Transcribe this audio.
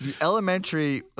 Elementary